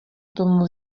tomu